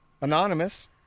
Anonymous